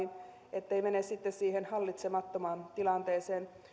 ettei mene sitten siihen hallitsemattomaan tilanteeseen